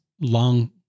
long